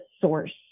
source